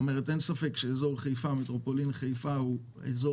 ספק שמטרופולין חיפה הוא אזור